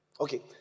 Okay